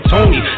Tony